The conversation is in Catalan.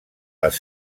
les